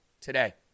today